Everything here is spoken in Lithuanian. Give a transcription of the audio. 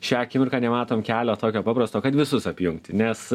šią akimirką nematom kelio tokio paprasto kad visus apjungti nes